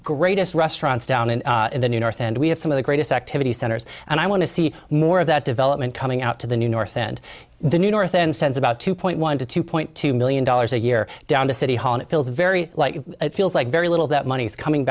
greatest restaurants down in the north and we have some of the greatest activity centers and i want to see more of that development coming out to the north and the north and sends about two point one to two point two million dollars a year down to city hall and it feels very like it feels like very little that money is coming